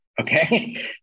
okay